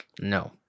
No